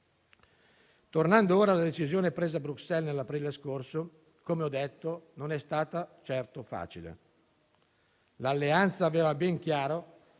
Tornando ora alla decisione presa a Bruxelles nell'aprile scorso, come ho detto, non è stata certo facile. L'Alleanza aveva ben chiaro